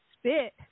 spit